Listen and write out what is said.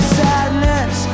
sadness